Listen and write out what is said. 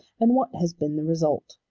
and what has been the result?